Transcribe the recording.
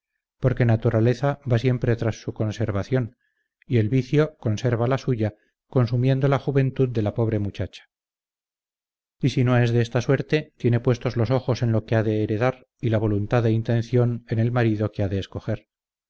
porque naturaleza va siempre tras su conservación y el vicio conserva la suya consumiendo la juventud de la pobre muchacha y si no es de esta suerte tiene puestos los ojos en lo que ha de heredar y la voluntad e intención en el marido que ha de escoger